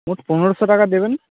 মোট পনেরোশো টাকা দেবেন